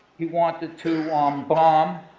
he wanted to um bomb,